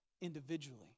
individually